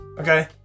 Okay